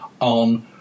on